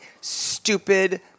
stupid